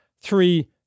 three